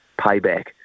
payback